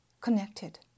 connected